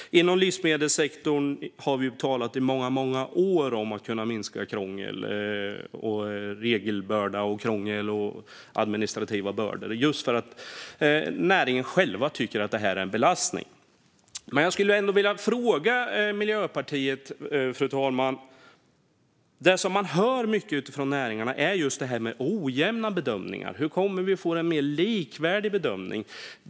Vi har i många år talat om att minska krångel, regelbörda och administrativ börda inom livsmedelssektorn, just för att näringen själv tycker att det är en belastning. Fru talman! Jag vill fråga Miljöpartiet om det här med ojämna bedömningar, som man hör mycket om från näringen. Hur kan vi få en mer likvärdig bedömning?